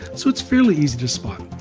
so it's fairly easy to spot.